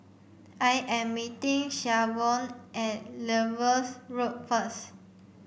I am meeting Shavonne at Lewis Road first